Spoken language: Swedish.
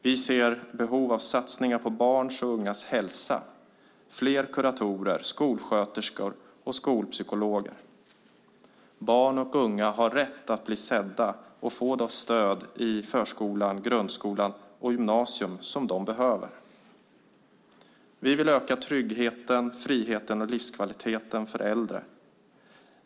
Vi ser behov av satsningar på barns och ungas hälsa - fler kuratorer, skolsköterskor och skolpsykologer. Barn och unga har rätt att bli sedda och få det stöd de behöver i förskola, grundskola och gymnasium. Vi vill öka tryggheten, friheten och livskvaliteten för äldre.